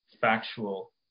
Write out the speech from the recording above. factual